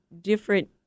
different